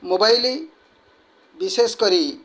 ମୋବାଇଲି ବିଶେଷ କରି